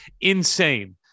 insane